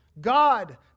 God